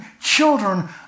children